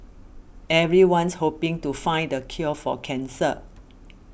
everyone's hoping to find the cure for cancer